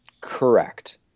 Correct